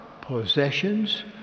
possessions